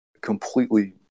completely